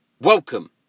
welcome